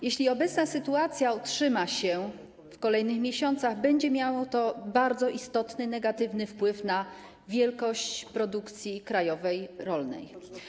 Jeśli obecna sytuacja utrzyma się w kolejnych miesiącach, będzie miało to bardzo istotny, negatywny wpływ na wielkość krajowej produkcji rolnej.